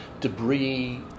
debris